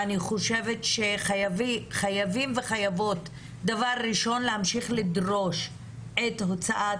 לכן אני חושבת שחייבים וחייבות להמשיך לדרוש את הוצאת